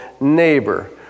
neighbor